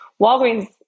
Walgreens